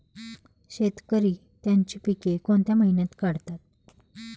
शेतकरी त्यांची पीके कोणत्या महिन्यात काढतात?